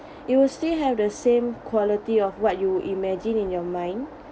you will still have the same quality of what you imagine in your mind